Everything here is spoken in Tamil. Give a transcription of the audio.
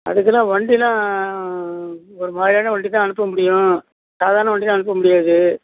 அதுக்கெல்லாம் வண்டியெலாம் ஒரு மாதிரியான வண்டி தான் அனுப்ப முடியும் சாதாரண வண்டியெலாம் அனுப்ப முடியாது